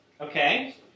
Okay